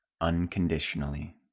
unconditionally